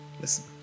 Listen